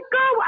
go